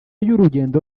y’urugendo